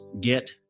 get